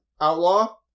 Outlaw